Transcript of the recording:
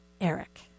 Eric